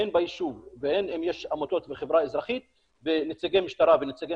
הן ביישוב והן אם יש עמותות בחברה האזרחית ונציגי משטרה ונציגי